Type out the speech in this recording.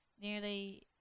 nearly